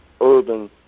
urban